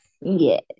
yes